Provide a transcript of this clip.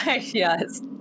Yes